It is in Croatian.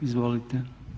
Izvolite.